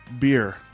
beer